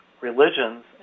religions